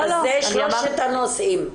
זה שלושת הנושאים?